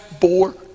bore